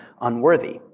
unworthy